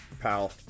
Pal